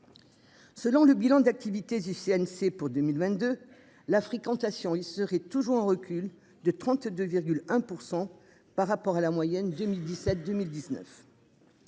Selon le bilan d'activité du CNC pour 2022 la fréquentation, ils seraient toujours en recul de 32,1% par rapport à la moyenne 2017 2019.